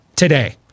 today